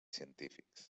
científics